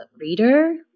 reader